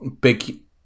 big